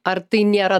ar tai nėra